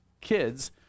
kids